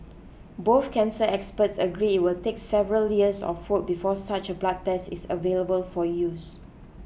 both cancer experts agree it will take several years of work before such a blood test is available for use